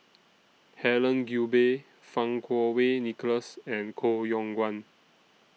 Helen Gilbey Fang Kuo Wei Nicholas and Koh Yong Guan